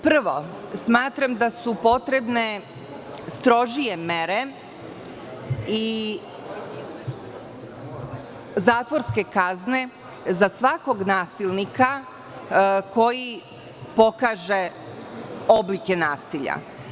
Prvo, smatram da su potrebne strožije mere i zatvorske kazne za svakog nasilnika koji pokaže oblike nasilja.